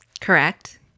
Correct